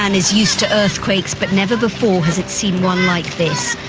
and is used to earthquakes, but never before has it seen one like this.